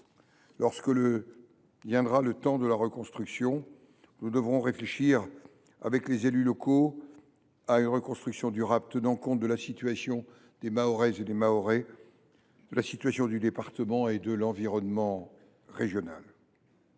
Lorsque viendra le temps de la reconstruction, nous devrons réfléchir avec les élus locaux à une solution durable tenant compte de la situation des Mahoraises et des Mahorais, du département et de son environnement régional.